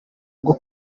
bwo